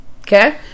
Okay